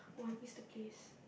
oh I miss the place